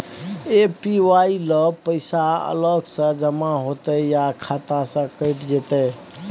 APY ल पैसा अलग स जमा होतै या खाता स कैट जेतै?